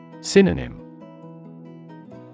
Synonym